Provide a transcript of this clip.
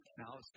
Now